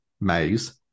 maze